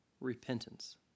repentance